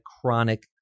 chronic